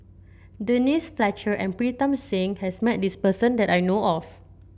Denise Fletcher and Pritam Singh has met this person that I know of